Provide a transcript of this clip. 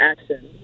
action